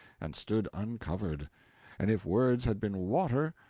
and stood uncovered and if words had been water,